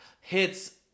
hits